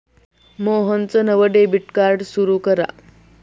मोहनचं नवं debit card सुरू करा